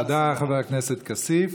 תודה לחבר הכנסת כסיף.